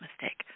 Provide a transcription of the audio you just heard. mistake